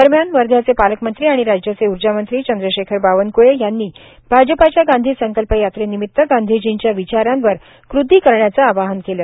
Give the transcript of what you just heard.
दरम्यान वध्र्याचे पालकमंत्री आणि राज्याचे ऊर्जामंत्री चंद्रशेखर बावनक्ळे यांनी भाजपाच्या गांधी संकल्प यात्रेनिमित गांधीजींच्या विचारांवर कृती करण्याचं आवाहन केलं